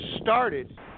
started